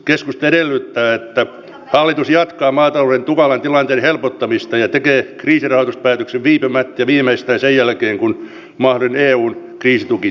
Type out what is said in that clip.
keskusta edellyttää että hallitus jatkaa maatalouden tukalan tilanteen helpottamista ja tekee kriisirahoituspäätöksen viipymättä ja viimeistään sen jälkeen kun mahdollinen eun kriisituki tiedetään